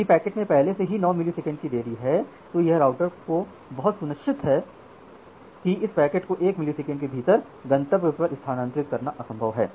यदि पैकेट में पहले से ही 9 मिलीसेकेंड की देरी है और यह राउटर को बहुत सुनिश्चित है कि इस पैकेट को 1 मिलीसेकंड के भीतर गंतव्य पर स्थानांतरित करना असंभव है